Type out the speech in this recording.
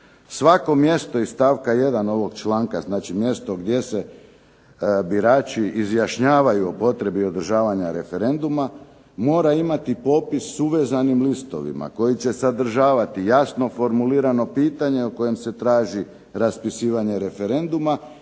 "Svako mjesto iz stavka 1. ovog članka", znači mjesto gdje se birači izjašnjavaju o potrebi održavanja referenduma, "mora imati popis s uvezanim listovima koji će sadržavati jasno formulirano pitanje o kojem se traži raspisivanje referenduma